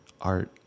art